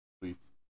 Please